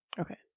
Okay